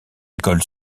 école